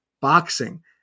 Boxing